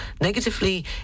negatively